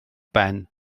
ben